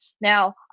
Now